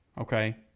okay